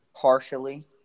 Partially